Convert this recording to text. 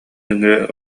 нөҥүө